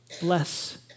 bless